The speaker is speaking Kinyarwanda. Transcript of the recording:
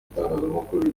itangazamakuru